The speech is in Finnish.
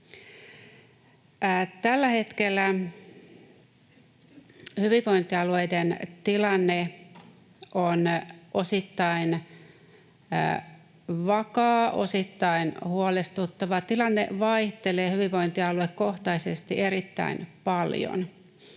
Tällä hetkellä hyvinvointialueiden tilanne on osittain vakaa, osittain huolestuttava. Tilanne vaihtelee hyvinvointialuekohtaisesti erittäin paljon.